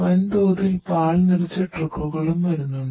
വൻതോതിൽ പാൽ നിറച്ച ട്രക്കുകളും വരുന്നുണ്ട്